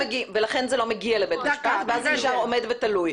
--- ולכן זה מגיע לבית משפט ואז זה נשאר עומד ותלוי.